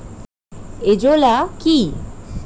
Azolla কি?